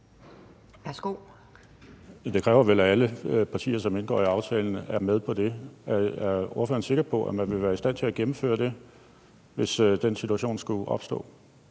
(NB): Det kræver vel, at alle partier, som indgår i aftalen, er med på det. Er ordføreren sikker på, at man vil være i stand til at gennemføre det, hvis den situation skulle opstå?